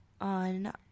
on